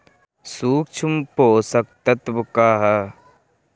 सूक्ष्म पोषक तत्व का ह?